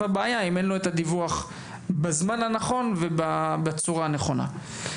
הבעיה אם אין לו את הדיווח הנכון ובצורה הנכונה.